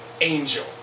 angel